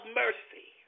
mercy